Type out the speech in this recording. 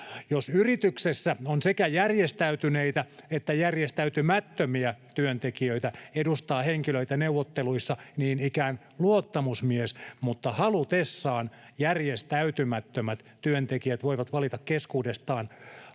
Jos yrityksessä on sekä järjestäytyneitä että järjestäytymättömiä työntekijöitä, edustaa henkilöitä neuvotteluissa niin ikään luottamusmies, mutta halutessaan järjestäytymättömät työntekijät voivat valita keskuudestaan luottamusvaltuutetun